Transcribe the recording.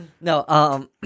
No